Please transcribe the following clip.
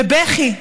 בבכי,